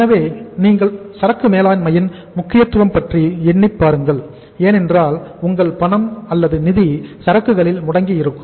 எனவே நீங்கள் சரக்கு மேலாண்மையின் முக்கியத்துவம் பற்றி எண்ணிப் பாருங்கள் ஏனென்றால் உங்கள் பணம் அல்லது நிதி சரக்குகளில் முடங்கி இருக்கும்